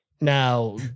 Now